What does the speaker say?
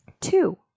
Two